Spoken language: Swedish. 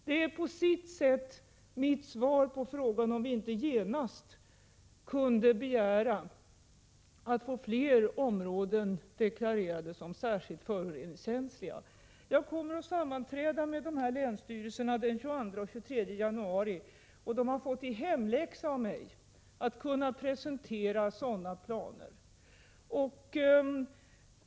Det är på sitt sätt mitt svar på frågan om vi inte genast kunde begära att få fler områden deklarerade som särskilt föroreningskänsliga. Jag kommer att sammanträda med dessa länsstyrelser den 22-23 januari, och de har fått i hemläxa av mig att kunna presentera sådana planer.